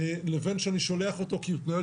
בין זה שאני שולח אותו כי הוא התנהג